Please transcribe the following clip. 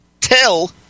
tell